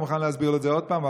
אני מוכן להסביר לו את זה עוד פעם,